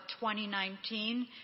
2019